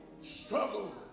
struggle